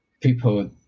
people